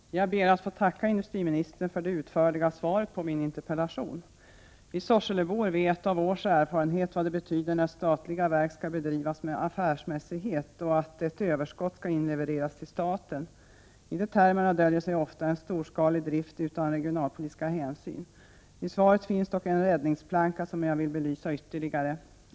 Fru talman! Jag ber att få tacka industriministern för det utförliga svaret på min interpellation. Vi sorselebor vet av års erfarenhet vad det betyder när statliga verk skall bedrivas med affärsmässighet och att ett överskott skall inlevereras till staten. I de termerna döljer sig ofta en storskalig drift utan regionalpolitiska hänsyn. I svaret finns dock en räddningsplanka, som jag vill belysa ytterligare.